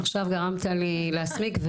עכשיו גרמת לי להסמיק,